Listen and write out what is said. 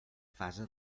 fase